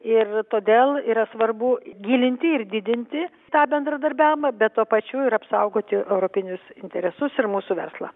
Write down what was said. ir todėl yra svarbu gilinti ir didinti tą bendradarbiavimą bet tuo pačiu ir apsaugoti europinius interesus ir mūsų verslą